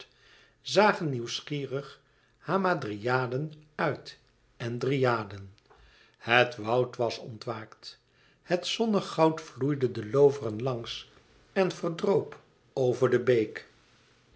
zagen nieuwsgierig hamadryaden uit en dryaden het woud was ontwaakt het zonnegoud vloeide de looveren langs en verdroop over de beek